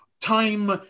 time